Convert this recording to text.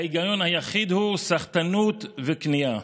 ההיגיון היחיד הוא סחטנות וכניעה.